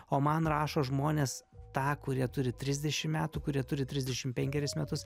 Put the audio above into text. o man rašo žmonės tą kurie turi trisdešim metų kurie turi trisdešim penkerius metus